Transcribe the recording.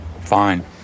Fine